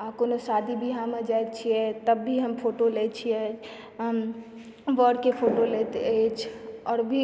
आ कोनो शादी बिआहमे जाइत छियै तब भी हम फोटो लय छियै हम बरके फोटो लैत अछि आओर भी